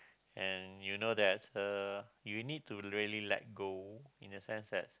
and you know there's uh you need to really let go in the sense that